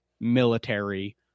military